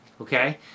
okay